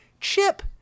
Chip